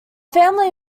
family